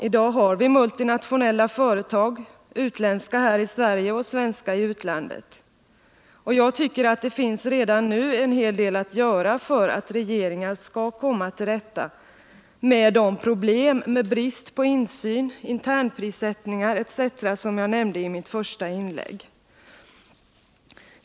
I dag har vi multinationella företag, utländska här i Sverige och svenska i utlandet. Och jag tycker att det redan nu finns en hel del att göra för att regeringarna skall komma till rätta med de problem med brist på insyn, internprissättningar etc. som jag nämnde i mitt första inlägg.